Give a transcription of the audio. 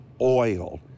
oil